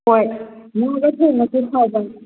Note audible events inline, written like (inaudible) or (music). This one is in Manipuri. ꯍꯣꯏ (unintelligible) ꯐꯕꯅꯤ